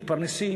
מתפרנסים,